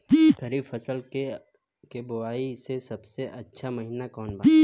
खरीफ फसल के बोआई के सबसे अच्छा महिना कौन बा?